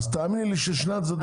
תאמין לי ששני הצדדים יפסיקו.